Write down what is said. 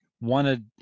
wanted